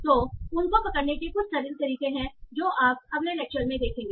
तो उन को पकड़ने के कुछ सरल तरीके हैं जो आप अगले लेक्चर में देखेंगे